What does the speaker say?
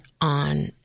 on